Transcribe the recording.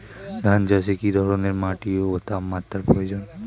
ধান চাষে কী ধরনের মাটি ও তাপমাত্রার প্রয়োজন?